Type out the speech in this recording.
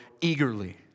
eagerly